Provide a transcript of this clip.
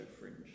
Fringe